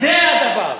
זה הדבר.